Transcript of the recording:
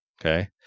okay